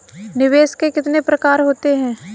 निवेश के कितने प्रकार होते हैं?